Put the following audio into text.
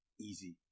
easy